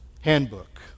handbook